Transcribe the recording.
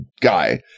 guy